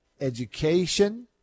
education